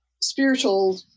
spiritual